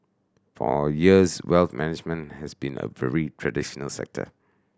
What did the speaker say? for years wealth management has been a very traditional sector